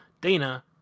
Dana